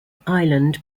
island